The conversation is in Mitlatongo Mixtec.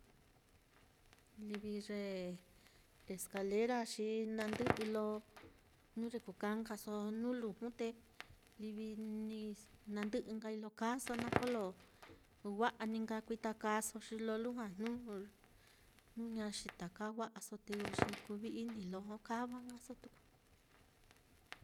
Livi ye escalera á xi na ndɨ'ɨ lo jnu ye kuka nkaso nuu luju te livi na ndɨ'ɨ nkai lo kaaso na kolo wa'a ni nka kuitakaso xi lo lujua jnu jnu ña xitaka wa'aso te ko xi kuvi'ini lo jokava nkaso tuku.